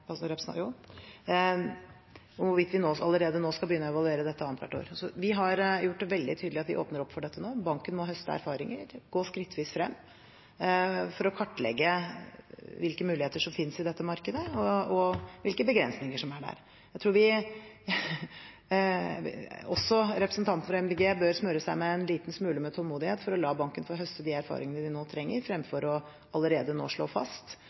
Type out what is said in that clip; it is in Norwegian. veldig tydelig at vi åpner opp for dette nå. Banken må høste erfaringer, gå skrittvis frem, for å kartlegge hvilke muligheter som finnes i dette markedet, og hvilke begrensninger som er der. Jeg tror også representanten fra Miljøpartiet De Grønne bør smøre seg med en liten smule tålmodighet for å la banken få høste de erfaringene de nå trenger, fremfor allerede nå å slå fast